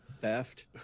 theft